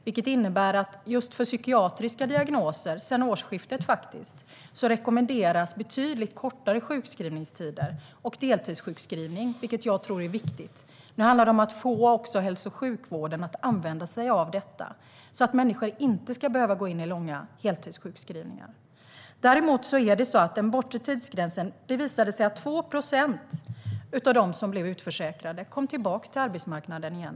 Det innebär att det sedan årsskiftet just för psykiatriska diagnoser rekommenderas betydligt kortare sjukskrivningstider och deltidssjukskrivning, vilket jag tror är viktigt. Nu handlar det om att få hälso och sjukvården att använda sig av detta, så att människor inte ska behöva gå in i långa heltidssjukskrivningar. Däremot är det så här när det gäller den bortre tidsgränsen: Det visade sig att 2 procent av dem som blev utförsäkrade kom tillbaka till arbetsmarknaden.